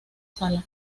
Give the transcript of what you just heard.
sala